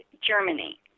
Germany